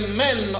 men